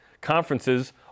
conferences